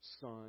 Son